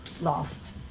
lost